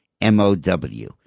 M-O-W